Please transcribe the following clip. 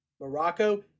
Morocco